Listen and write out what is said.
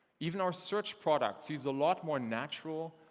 even our search product sees a lot more natural,